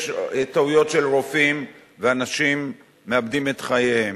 יש טעויות של רופאים ואנשים מאבדים את חייהם,